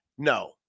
No